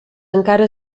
encara